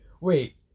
Wait